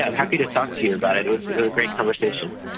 ah and happy to talk to you about it, it was it was a great conversation.